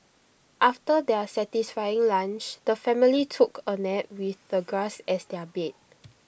after their satisfying lunch the family took A nap with the grass as their bed